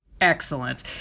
Excellent